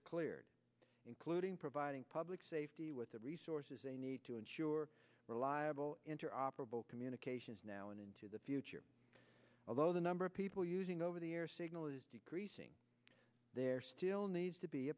are cleared including providing public safety with the resources they need to ensure reliable interoperable communications now and into the future although the number of people using over the air signal is decreasing there still needs to be